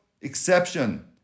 exception